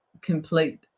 complete